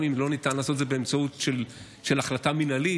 גם אם לא ניתן לעשות את זה באמצעות החלטה מינהלית,